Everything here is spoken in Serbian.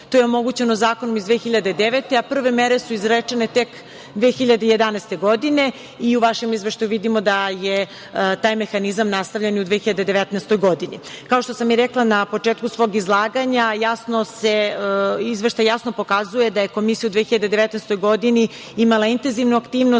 to je omogućeno zakonom iz 2009. godine, a prve mere su izrečene tek 2011. godine. U vašem izveštaju vidimo da je taj mehanizam nastavljen i u 2019. godini. Kao što sam i rekla na početku svog izlaganja, izveštaj jasno pokazuje da je Komisija u 2019. godini imala intenzivnu aktivnost